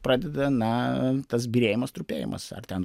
pradeda na tas byrėjimas trupėjimas ar ten